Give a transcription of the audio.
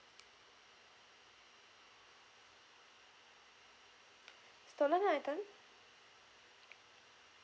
stolen item